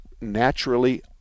naturally